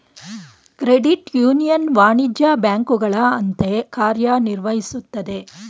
credit union ವಾಣಿಜ್ಯ ಬ್ಯಾಂಕುಗಳ ಅಂತೆ ಕಾರ್ಯ ನಿರ್ವಹಿಸುತ್ತದೆ